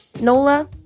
Nola